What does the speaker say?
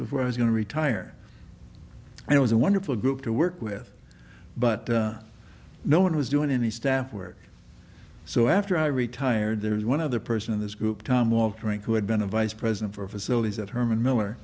before i was going to retire and it was a wonderful group to work with but no one was doing any staff work so after i retired there was one other person in this group tom walker and who had been a vice president for facilities at herman miller